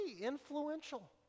influential